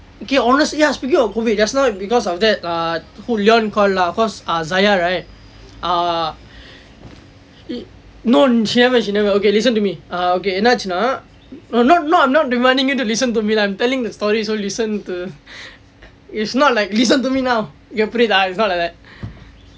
okay honestly ah speaking of COVID just now because of that err who leon call lah cause zaya right err no she never she never okay listen to me err okay என்ன ஆகியதுனா:enna aakiyathunaa not not not demanding you to listen to me lah I'm telling the story so you listen to is not like listen to me now உனக்கு புரியுதா:unakku puriyuthaa it's not like that